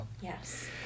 Yes